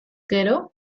gero